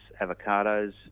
avocados